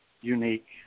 unique